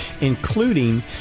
including